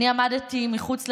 אני עמדתי מחוץ לדלת,